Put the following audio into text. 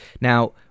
Now